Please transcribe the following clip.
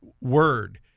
word